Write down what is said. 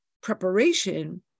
Preparation